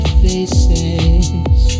faces